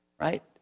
right